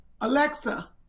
Alexa